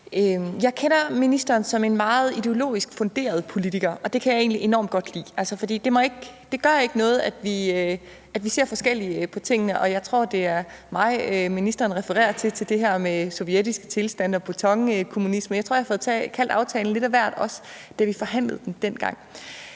Jeg kender ministeren som en meget ideologisk funderet politiker, og det kan jeg egentlig enormt godt lide. Det gør ikke noget, at vi ser forskelligt på tingene, og jeg tror, det er mig, ministeren refererer til i forhold til det her med sovjetiske tilstande og betonkommunisme. Jeg tror, jeg har fået kaldt aftalen lidt af hvert, da vi forhandlede den dengang.